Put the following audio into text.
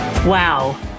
Wow